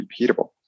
repeatable